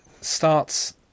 starts